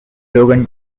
logan